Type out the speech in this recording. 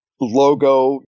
logo